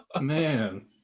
man